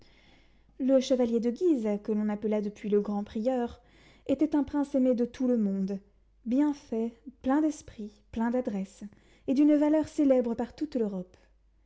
le chevalier de guise que l'on appela depuis le grand prieur était un prince aimé de tout le monde bien fait plein d'esprit plein d'adresse et d'une valeur célèbre par toute l'europe